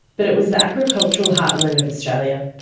but it was the agricultural heartland of australia,